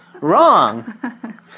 wrong